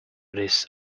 this